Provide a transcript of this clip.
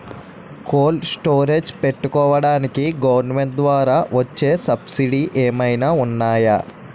Cold storage పెట్టుకోడానికి government ద్వారా వచ్చే సబ్సిడీ ఏమైనా ఉన్నాయా?